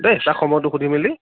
দেই তাক সময়টো সুধি মেলি